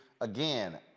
Again